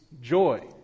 joy